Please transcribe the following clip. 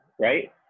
right